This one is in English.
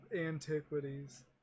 antiquities